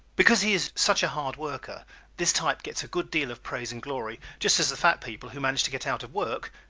because he is such a hard worker this type gets a good deal of praise and glory just as the fat people, who manage to get out of work,